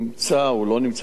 הוא לא נמצא כרגע,